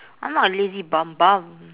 I'm not a lazy bum bum